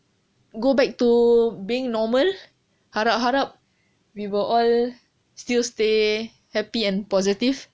go back to being normal arab we will all still stay happy and positive